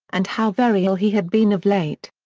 and how very ill he had been of late.